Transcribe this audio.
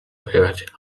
pojechać